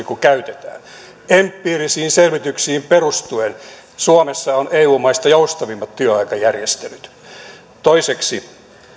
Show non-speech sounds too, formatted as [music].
[unintelligible] kuin käytetään empiirisiin selvityksiin perustuen suomessa on eu maista joustavimmat työaikajärjestelyt toiseksi